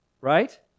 Right